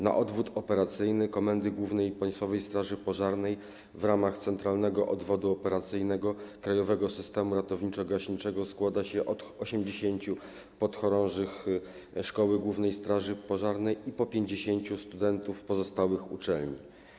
Na odwód operacyjny Komendy Głównej Państwowej Straży Pożarnej w ramach centralnego odwodu operacyjnego krajowego systemu ratowniczo-gaśniczego składa się 80 podchorążych szkoły głównej straży pożarnej i po 50 studentów pozostałych uczelni.